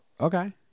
Okay